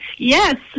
Yes